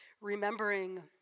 remembering